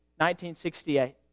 1968